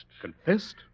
Confessed